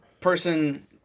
person